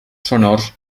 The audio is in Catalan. sonors